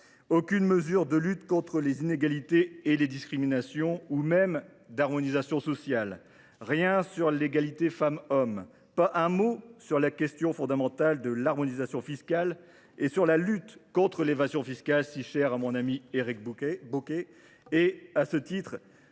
aucune mesure de lutte contre les inégalités et les discriminations ou même d’harmonisation sociale, rien sur l’égalité femmes hommes, pas un mot sur la question fondamentale de l’harmonisation fiscale et sur la lutte contre l’évasion fiscale, si chère à mon ami Éric Bocquet. À ce titre,